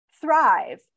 thrive